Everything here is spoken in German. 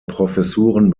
professuren